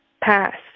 passed